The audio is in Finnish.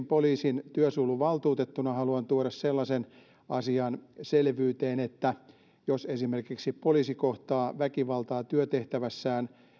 poliisin työsuojeluvaltuutettuna haluan tuoda myöskin sellaisen asian esille että jos poliisi kohtaa esimerkiksi väkivaltaa työtehtävässään